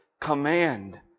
command